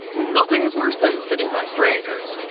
nothing worse than sitting by strangers.